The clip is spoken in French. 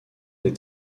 des